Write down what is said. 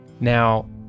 now